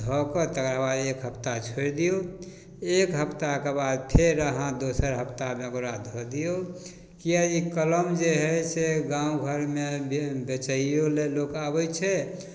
धऽ कऽ तकर बाद एक हफ्ता छोड़ि दिऔ एक हफ्ताके बाद फेर अहाँ दोसर हफ्तामे ओकरा धऽ दिऔ किएक ई कलम जे हइ से गामघरमे बे बेचैओलए लोक आबै छै